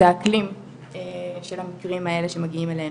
האקלים של המקרים האלה שמגיעים אלינו.